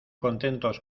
contentos